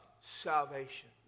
salvation